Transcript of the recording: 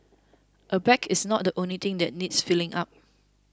a bag is not the only thing that needs filling up